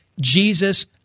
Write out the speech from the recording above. Jesus